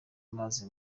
amazi